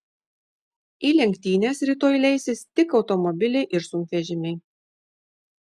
į lenktynes rytoj leisis tik automobiliai ir sunkvežimiai